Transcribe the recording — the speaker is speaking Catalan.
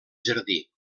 jardí